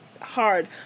hard